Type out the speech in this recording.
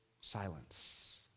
silence